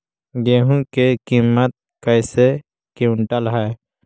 गेहू के किमत कैसे क्विंटल है?